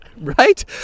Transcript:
Right